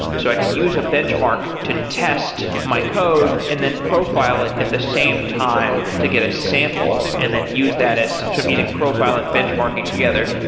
so i could use a benchmark to test my code and then profile it at the same time to get a sample and then use that as so i'm using profile and benchmarking together.